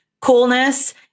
coolness